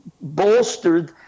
bolstered